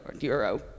euro